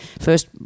first